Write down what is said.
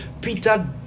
Peter